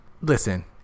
Listen